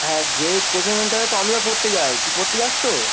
হ্যাঁ যেই কোচিং সেন্টারে তো আমিও পড়তে যাই ত পড়তে চাস তো